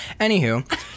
Anywho